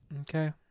okay